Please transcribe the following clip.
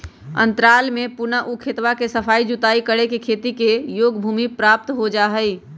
अंतराल में पुनः ऊ खेतवा के सफाई जुताई करके खेती योग्य भूमि प्राप्त हो जाहई